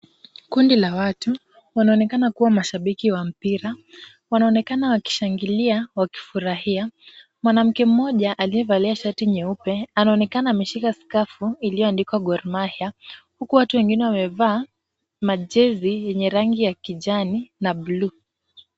Kundi la watu wanaonekana kuwa mashabiki wa mpira. Wanaonekana wakishangilia wakifurahia. Mwanamke mmoja aliyevalia shati nyeupe anaonekana ameshika skafu iliyoandikwa Gor Mahia huku watu wengine wamevaa majezi yenye rangi ya kijani na bluu.